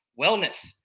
wellness